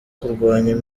kurwanya